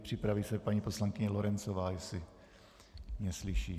Připraví se paní poslankyně Lorencová, jestli mě slyší.